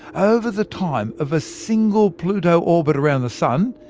over the time of a single pluto orbit around the sun,